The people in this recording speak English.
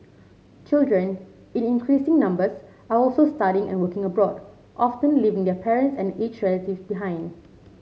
children in increasing numbers are also studying and working abroad often leaving their parents and aged relative behind